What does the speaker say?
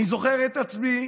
אני זוכר את עצמי